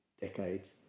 decades